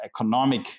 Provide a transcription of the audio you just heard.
economic